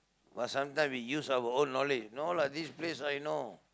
but sometime we use our own knowledge no lah this place I know